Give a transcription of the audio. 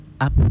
up